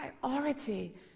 priority